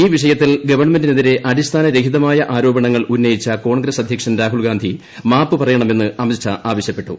ഈ വിഷയത്തിൽ ഗവൺമെന്റിനെതിരെ അടിസ്ഥാന രഹിതമായ ആരോപണങ്ങൾ ഉന്നയിച്ചു കോൺഗ്രസ് അധ്യക്ഷൻ രാഹുൽഗാന്ധി മാപ്പു പറയണമെന്ന് അമിത്ഷാ ആവശ്യപ്പെട്ടു